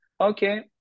okay